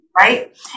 Right